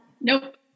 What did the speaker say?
Nope